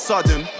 sudden